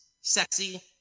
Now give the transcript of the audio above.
sexy